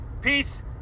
Peace